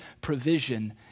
provision